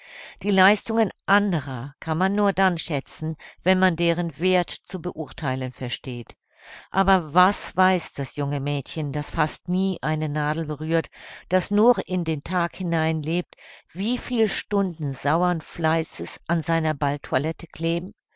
die leistungen anderer kann man dann nur schätzen wenn man deren werth zu beurtheilen versteht aber was weiß das junge mädchen das fast nie eine nadel berührt das nur in den tag hinein lebt wie viel stunden sauern fleißes an seiner balltoilette kleben